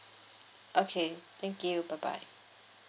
okay thank you bye bye